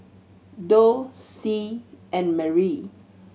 Doug Sie and Merri